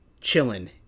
chilling